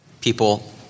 people